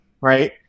right